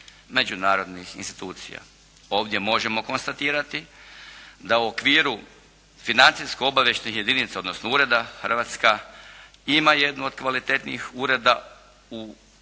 međunarodnih institucija. Ovdje možemo konstatirati da u okviru financijsko-obavještajnih jedinica odnosno ureda Hrvatska ima jednu od kvalitetnijih ureda u ovom